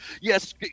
Yes